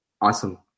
awesome